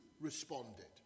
responded